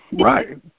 Right